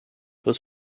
was